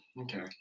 okay